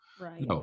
Right